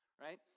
right